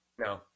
No